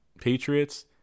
Patriots